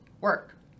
work